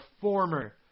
former